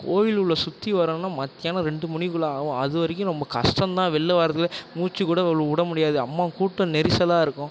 கோவில் உள்ள சுற்றி வரணுன்னா மத்தியானம் ரெண்டு மணிக்குள்ளே ஆகும் அது வரைக்கும் ரொம்ப கஷ்டம் தான் வெளில வரதுவே மூச்சு கூட உ விட முடியாது அம்மோங்கூட்டம் நெரிசலாக இருக்கும்